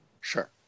Sure